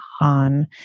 on